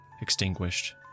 Extinguished